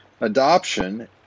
Adoption